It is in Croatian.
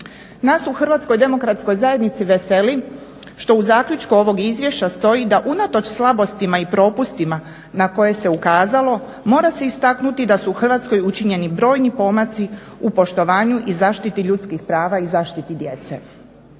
Nas u HDZ-u veseli što u zaključku ovog izvješća stoji da unatoč slabostima i propustima na koje se ukazalo mora se istaknuti da su u Hrvatskoj učinjeni brojni pomaci u poštovanju i zaštiti ljudskih prava i zaštiti djece.